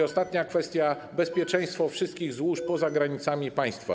Ostatnia kwestia: bezpieczeństwo wszystkich złóż poza granicami państwa.